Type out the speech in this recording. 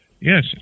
Yes